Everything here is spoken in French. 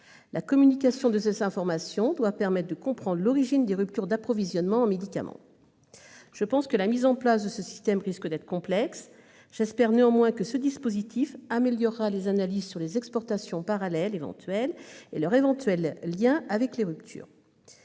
La communication de ces informations doit permettre de comprendre l'origine des ruptures d'approvisionnement en médicaments. La mise en place d'un tel système risque d'être complexe. J'espère néanmoins que ce dispositif améliorera les analyses sur les exportations parallèles et leur lien éventuel avec les ruptures